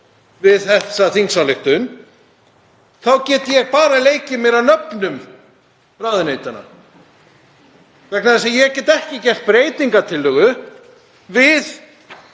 við þessa þingsályktunartillögu þá get ég bara leikið mér að nöfnum ráðuneytanna vegna þess að ég get ekki gert breytingartillögu við